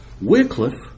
Wycliffe